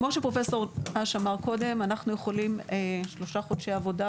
כמו שאמר פרופ' אש קודם: אנחנו יכולים בשלושה חודשי עבודה,